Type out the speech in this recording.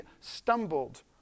stumbled